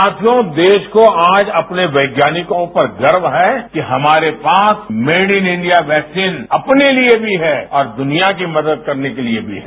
साथियों देश को आज अपने वैज्ञानिकों पर गर्व है कि हमारे पास मेड इन इंडिया वैक्सीन अपने लिए भी है और दुनिया की मदद करने के लिए भी है